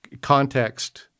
context